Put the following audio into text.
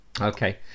Okay